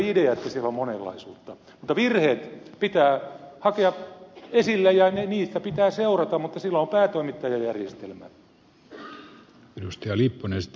mutta virheet pitää hakea esille ja niitä pitää seurata mutta siihen on päätoimittajajärjestelmä